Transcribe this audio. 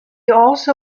also